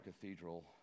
cathedral